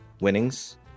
winnings